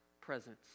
presence